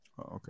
Okay